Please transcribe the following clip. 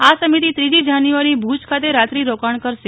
આ સમિતિ ત્રીજી જાન્યુઆરીએ ભુજ ખાતે રાત્રિ રોકાણ કરશે